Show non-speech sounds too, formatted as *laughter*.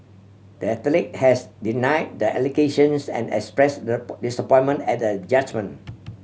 the athlete has deny the allegations and express *unintelligible* disappointment at the judgment